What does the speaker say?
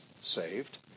saved